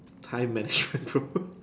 time management bro